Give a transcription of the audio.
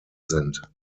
sind